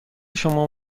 شما